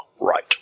right